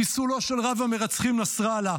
חיסולו של רב-המרצחים נסראללה,